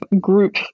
group